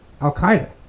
al-Qaeda